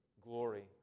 glory